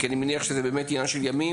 כי אני מניח שזה באמת עניין של ימים,